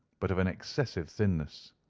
but of an excessive thinness.